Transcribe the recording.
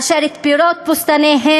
אשר את פירות בוסתניהם,